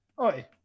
Oi